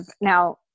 Now